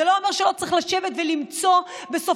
זה לא אומר שלא צריך לשבת ולמצוא בסופו